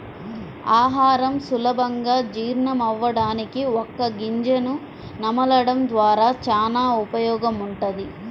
ఆహారం సులభంగా జీర్ణమవ్వడానికి వక్క గింజను నమలడం ద్వారా చానా ఉపయోగముంటది